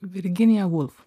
virginija vulf